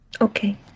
Okay